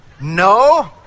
No